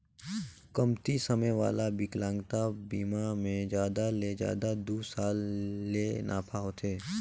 कमती समे वाला बिकलांगता बिमा मे जादा ले जादा दू साल ले नाफा होथे